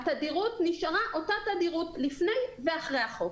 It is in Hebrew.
התדירות נשארה אותה תדירות לפני ואחרי החוק.